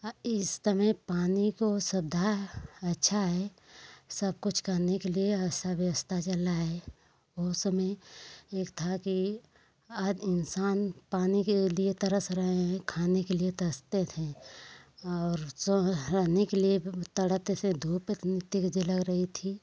आ इस समय पानी को सुविधा अच्छा है सब कुछ करने के लिए ऐसा व्यवस्था चल रहा है ओ समय एक था कि आज इंसान पानी के लिए तरस रहे हैं खाने के लिए तरसते थे और सो रहने के लिए भी तड़पते थे धूप इतनी तेज़ लग रही थी